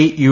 E U